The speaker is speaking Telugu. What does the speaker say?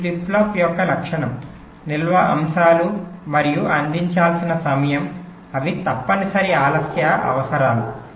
ఇవి ఫ్లిప్ ఫ్లాప్ యొక్క లక్షణం నిల్వ అంశాలు మనము అందించాల్సిన సమయం అవి తప్పనిసరి ఆలస్యం అవసరాలు